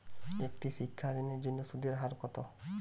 একটি শিক্ষা ঋণের জন্য সুদের হার কত?